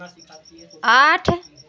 आठ